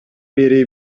бери